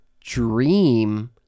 dream